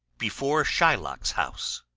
before shylock's house